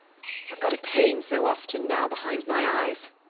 i've got a pain so often now behind my eyes.